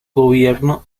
gobierno